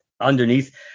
underneath